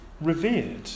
revered